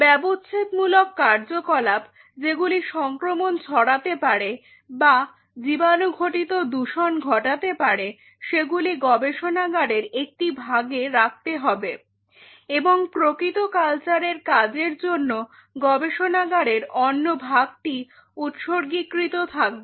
ব্যবচ্ছেদ মূলক কার্যকলাপ যেগুলি সংক্রমণ ছড়াতে পারে বা জীবাণুঘটিত দূষণ ঘটাতে পারে সেগুলি গবেষণাগারের একটি ভাগে রাখতে হবে এবং প্রকৃত কালচারের কাজের জন্য গবেষণাগারের অন্য ভাগটি উৎসর্গীকৃত থাকবে